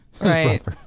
Right